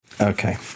Okay